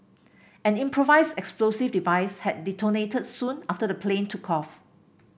an improvised explosive device had detonated soon after the plane took off